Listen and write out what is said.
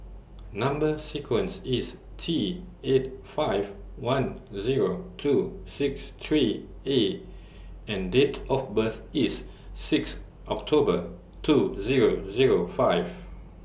Number sequence IS T eight five one Zero two six three A and Date of birth IS six October two Zero Zero five